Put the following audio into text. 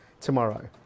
tomorrow